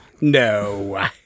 No